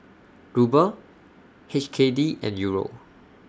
Ruble H K D and Euro